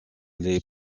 les